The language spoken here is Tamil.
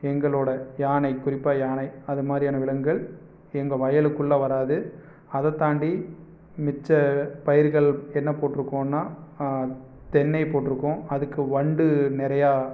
எங்களோடய யானை குறிப்பாக யானை அதை மாதிரியான விலங்குகள் எங்கள் வயலுக்குள்ள வராது அதை தாண்டி மிச்ச பயிர்கள் என்ன போட்டுருக்கோம்னா தென்னை போட்டுருக்கோம் அதுக்கு வண்டு நிறையா